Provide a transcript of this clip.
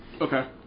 Okay